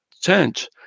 change